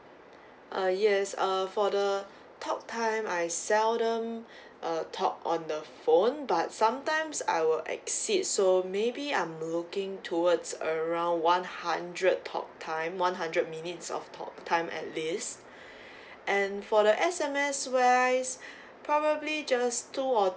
ah yes uh for the talk time I seldom uh talk on the phone but sometimes I will exceed so maybe I'm looking towards around one hundred talk time one hundred minutes of talk time at least and for the S_M_S where I's probably just two or